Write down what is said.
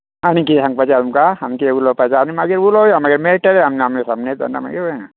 आनीक कितें सांगपाचे आहा तुमका आनीक कितेंं उलोवपाचे आहा आमी मागीर उलोवया आमी मागीर मेळटलें न्हू आमने सामने